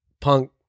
punk